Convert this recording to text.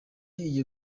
iyi